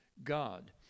God